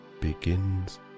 begins